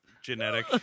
Genetic